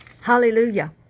Hallelujah